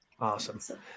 awesome